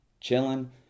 chilling